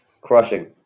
Crushing